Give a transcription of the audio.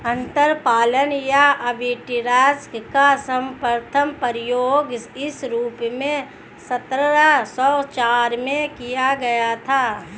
अंतरपणन या आर्बिट्राज का सर्वप्रथम प्रयोग इस रूप में सत्रह सौ चार में किया गया था